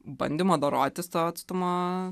bandymo dorotis to atstumo